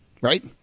right